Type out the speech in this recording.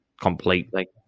Completely